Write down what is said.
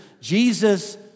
Jesus